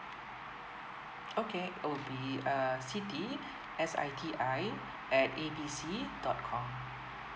okay I'll be uh siti S I T I at A B C dot com